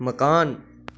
मकान